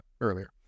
earlier